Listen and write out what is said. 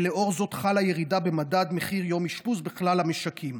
ולאור זאת חלה ירידה במדד מחיר יום אשפוז בכלל המשקים.